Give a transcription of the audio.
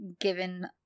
given